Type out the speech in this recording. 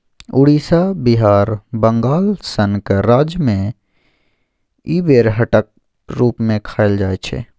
उड़ीसा, बिहार, बंगाल सनक राज्य मे इ बेरहटक रुप मे खाएल जाइ छै